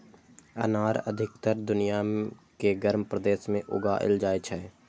अनार अधिकतर दुनिया के गर्म प्रदेश मे उगाएल जाइ छै